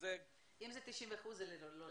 זה --- הבנתי, אם זה 90% זה לא רלוונטי.